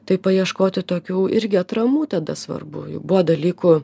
tai paieškoti tokių irgi atramų tada svarbu juk buvo dalykų